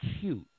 cute